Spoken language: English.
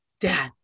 dad